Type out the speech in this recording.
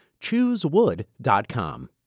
Choosewood.com